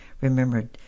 remembered